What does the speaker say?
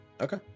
okay